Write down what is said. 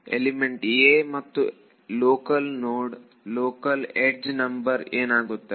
element a ಮತ್ತು local ನೊಡ್ಲೋಕಲ್ edge number ಏನಾಗುತ್ತದೆ